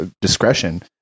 discretion